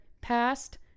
past